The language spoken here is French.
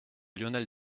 lionel